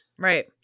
right